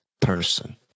person